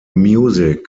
music